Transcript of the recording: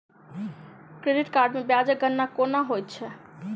credit card मे ब्याजक गणना केना होइत छैक